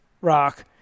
rock